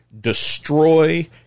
destroy